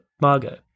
Margot